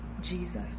jesus